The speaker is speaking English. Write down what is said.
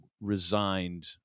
resigned